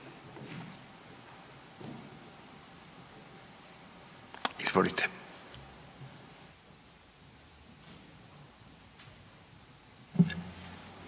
Izvolite.